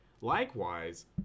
Likewise